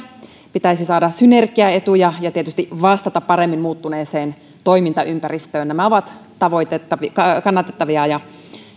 pitäisi saada synergiaetuja ja tietysti vastata paremmin muuttuneeseen toimintaympäristöön nämä ovat kannatettavia ja